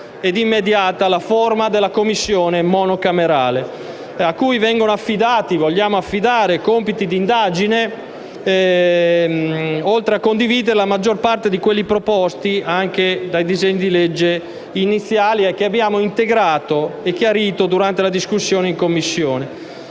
e più immediata la forma della Commissione monocamerale, cui vogliamo affidare compiti di indagine, oltre a condividere la maggior parte di quelli proposti dai disegni di legge iniziali, che abbiamo integrato a chiarito durante la discussione in Commissione.